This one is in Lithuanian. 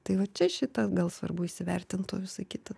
tai va čia šitą gal svarbu įsivertint o visą kitą